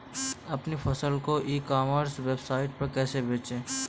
अपनी फसल को ई कॉमर्स वेबसाइट पर कैसे बेचें?